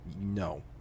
No